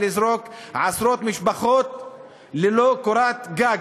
זריקת עשרות משפחות ללא קורת גג.